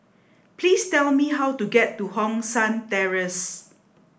please tell me how to get to Hong San Terrace